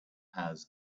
has